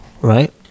right